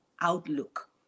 outlook